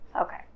Okay